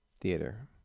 Theater